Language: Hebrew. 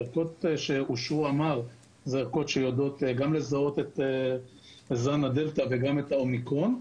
הערכות שאושרו הן ערכות שיודעות לזהות גם את זן הדלתא וגם את האומיקרון.